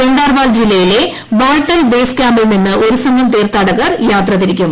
ഗണ്ടർബാൽ ജില്ലയിലെ ബാൽട്ടാൽ ബേയ്സ് ക്യാമ്പിൽ നിന്ന് ഒരു സംഘം തീർത്ഥാടകർ യാത്ര തിരിക്കും